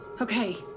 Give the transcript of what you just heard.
Okay